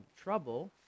trouble